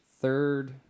third